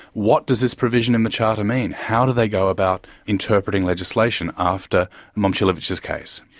what does this provision in the charter mean? how do they go about interpreting legislation after momcilovic's case?